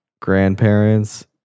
grandparents